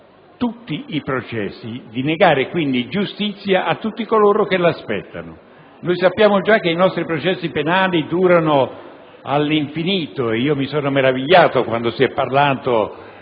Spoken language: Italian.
tutti i processi, di negare quindi giustizia a tutti coloro che l'aspettano. Considerato che è noto che i nostri processi penali già durano all'infinito, mi sono meravigliato, quando si è fatto